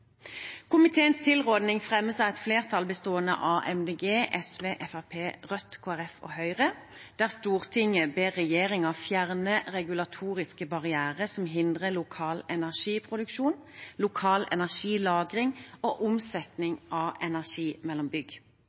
Komiteens tilråding, der Stortinget ber regjeringen fjerne regulatoriske barrierer som hindrer lokal energiproduksjon, lokal energilagring og omsetning av energi mellom bygg,